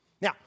Now